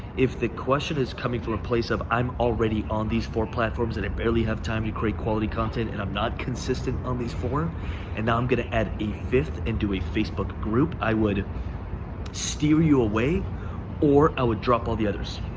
if the question is coming from a place of i'm already on these four platforms and i barely have time to create quality content and i'm not consistent on these four and now i'm gonna add a fifth and do a facebook group, i would steer you away or i would drop all the others.